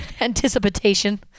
anticipation